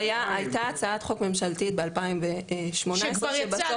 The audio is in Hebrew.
הייתה הצעת חוק ממשלתית ב-2018 שבסוף